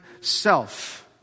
self